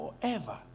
forever